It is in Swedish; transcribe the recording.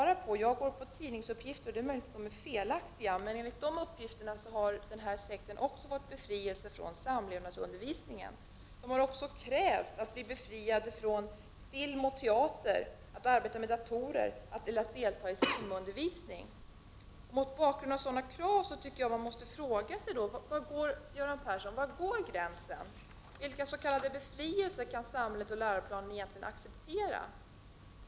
Jag utgår från tidningsuppgifter, och det är möjligt att de är felaktiga. Men enligt dessa uppgifter har denna sekt fått befrielse även från samlevnadsundervisningen. Sekten har också krävt att bli befriad från film och teater, arbete med datorer samt simundervisning. Mot bakgrund av sådana krav anser jag att jag måste ställa följande fråga: Var går gränsen? Vilka s.k. befrielser kan accepteras enligt samhället och läroplanen?